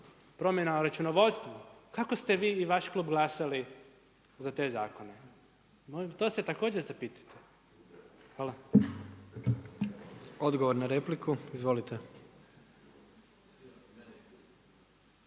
promjenama u računovodstvu, kako ste vi i vaš klub glasali za te zakone, to se također zapitajte. Hvala. **Jandroković,